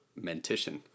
mentition